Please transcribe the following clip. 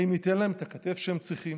האם ניתן להם את הכתף שהם צריכים?